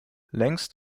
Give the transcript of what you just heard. längst